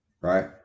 right